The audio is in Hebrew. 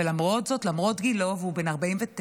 ולמרות זאת, למרות גילו, והוא בן 49,